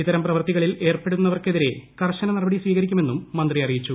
ഇത്തരം പ്രവൃത്തികളിൽ ഏർപ്പെടുന്നവർക്കെതിരെ കർശന നടപടി സ്വീകരിക്കുമെന്നും മന്ത്രി അറിയിച്ചു